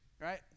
right